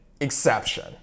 exception